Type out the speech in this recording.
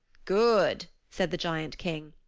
good! said the giant king.